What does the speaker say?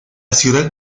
ciudad